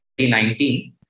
2019